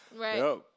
Right